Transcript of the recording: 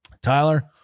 Tyler